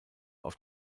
auf